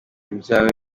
ibyawe